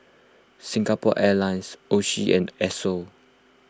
Singapore Airlines Oishi and Esso